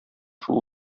шул